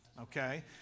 okay